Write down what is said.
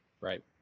right